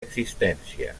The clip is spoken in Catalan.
existència